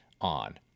on